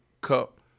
cup